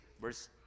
verse